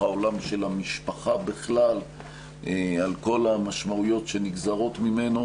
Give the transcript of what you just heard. העולם של המשפחה בכלל על כל המשמעויות שנגזרות ממנה,